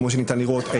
כמו שניתן לראות,